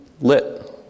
Lit